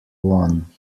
one